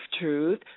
Truth